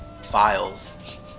files